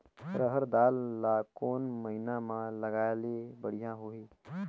रहर दाल ला कोन महीना म लगाले बढ़िया होही?